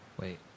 Wait